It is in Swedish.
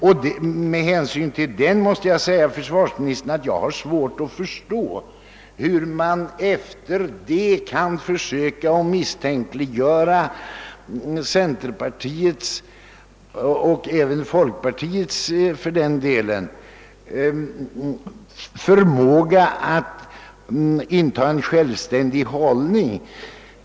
Och jag har svårt att förstå, herr försvarsminister, hur man efter detta kan misstänkliggöra centern och folkpartiet för att sakna förmåga alt inta en självständig hållning.